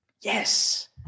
Yes